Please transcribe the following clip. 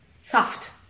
soft